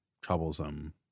troublesome